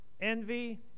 Envy